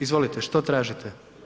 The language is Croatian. Izvolite, što tražite?